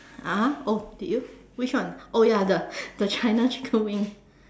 (uh huh) oh did you which one oh ya the the China chicken wing